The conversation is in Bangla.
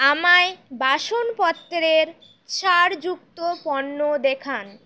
আমায় বাসনপত্রের ছাড়যুক্ত পণ্য দেখান